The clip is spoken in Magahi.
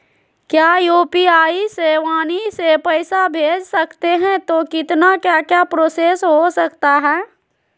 क्या यू.पी.आई से वाणी से पैसा भेज सकते हैं तो कितना क्या क्या प्रोसेस हो सकता है?